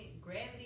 gravity